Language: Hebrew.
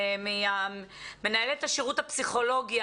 מנהלת השירות הפסיכולוגי.